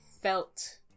felt